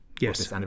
Yes